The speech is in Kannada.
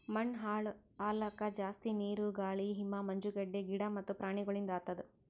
ಮಣ್ಣ ಹಾಳ್ ಆಲುಕ್ ಜಾಸ್ತಿ ನೀರು, ಗಾಳಿ, ಹಿಮ, ಮಂಜುಗಡ್ಡೆ, ಗಿಡ ಮತ್ತ ಪ್ರಾಣಿಗೊಳಿಂದ್ ಆತುದ್